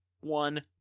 one